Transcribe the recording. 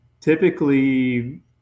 typically